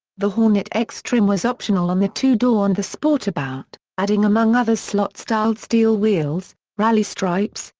the hornet x trim was optional on the two-door and the sportabout, adding among others slot-styled steel wheels, rally stripes,